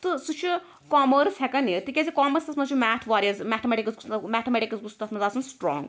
تہٕ سُہ چھُ کامٔرس ہیٚکان نِتھ تِکیٛازِ کامٔرسَس مَنٛز چھُ میتھ واریاہ میتھَمیٚٹِکٕس گوٚژھ نہٕ میتھَمیٚٹِکٕس گوٚژھ تَتھ مَنٛز آسُن سٹرانٛگ